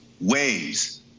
ways